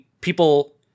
people